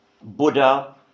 Buddha